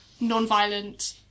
non-violent